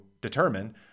determine